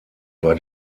war